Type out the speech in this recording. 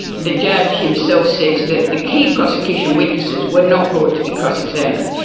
the judge himself says that the key prosecution witnesses were not brought to be cross-examined.